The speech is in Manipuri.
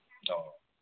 ꯑꯣ